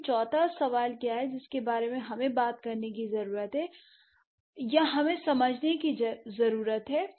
लेकिन चौथा सवाल क्या है जिसके बारे में हमें बात करने की ज़रूरत है या हमें समझने की ज़रूरत है